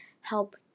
help